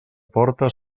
porta